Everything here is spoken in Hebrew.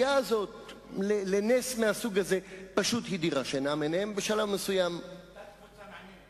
זה גם נאמר כאן מעל הדוכן.